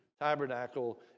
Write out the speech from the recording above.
tabernacle